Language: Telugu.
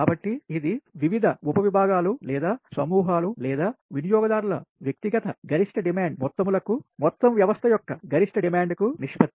కాబట్టి ఇది వివిధ ఉప విభాగాలు లేదా సమూహాలు లేదా వినియోగదారుల వ్యక్తిగత గరిష్ట డిమాండ్ మొత్తం లకూ మొత్తం వ్యవస్థ యొక్క గరిష్ట డిమాండ్ కు నిష్పత్తి